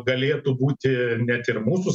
galėtų būti net ir mūsų